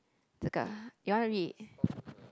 这个 you want to read